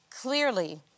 Clearly